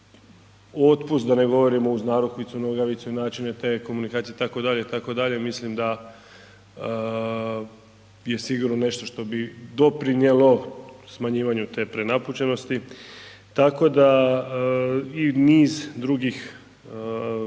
otpust da ne govorim uz narukvicu, nogavicu i načine te komunikacije itd., itd., mislim da je sigurno nešto što bi doprinjelo smanjivanju te prenapučenosti tako da i niz drugih mjera